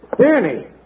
Danny